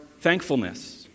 thankfulness